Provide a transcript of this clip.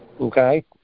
okay